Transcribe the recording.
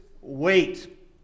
wait